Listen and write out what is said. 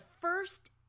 first